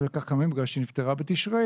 זה לקח כמה ימים כי היא נפטרה בתשרי